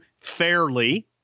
fairly